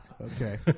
Okay